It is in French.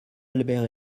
albert